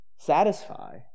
satisfy